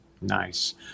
nice